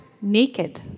naked